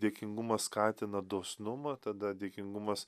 dėkingumas skatina dosnumą tada dėkingumas